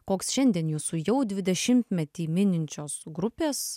koks šiandien jūsų jau dvidešimtmetį mininčios grupės